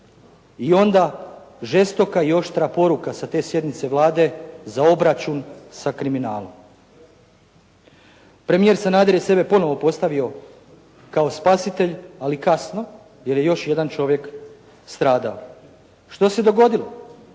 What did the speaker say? i onda žestoka i oštra poruka sa te sjednice Vlade za obračun sa kriminalom. Premijer Sanader je sebe ponovo postavio kao spasitelj, ali kasno, jer je još jedan čovjek stradao. Što se dogodilo?